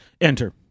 Enter